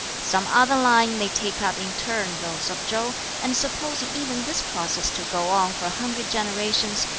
some other line may take up in turn those of chow and supposing even this process to go on for a hundred generations,